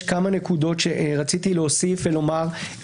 יש כמה נקודות שרציתי להוסיף ולומר,